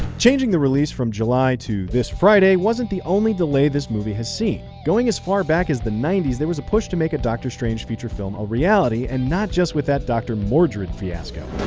changing the release from july to this friday wasn't the only delay this movie has seen. going as far back as the ninety s, there was a push to make a doctor strange feature film a reality and not just with that doctor mordrid fiasco.